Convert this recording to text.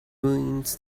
ruins